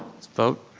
let's vote.